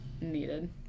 needed